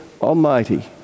Almighty